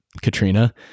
Katrina